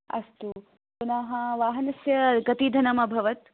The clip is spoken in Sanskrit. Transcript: अस्तु पुनः वाहनस्य कति धनमभवत्